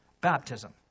baptism